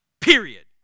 period